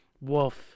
Wolf